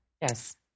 yes